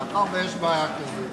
מאחר שיש בעיה כזו,